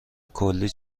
کلی